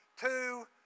Two